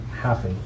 happy